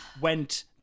went